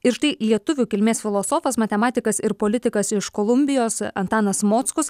ir štai lietuvių kilmės filosofas matematikas ir politikas iš kolumbijos antanas mockus